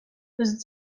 was